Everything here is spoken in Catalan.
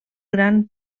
gran